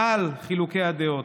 מעל חילוקי הדעות,